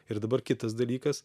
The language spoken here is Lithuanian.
ir dabar kitas dalykas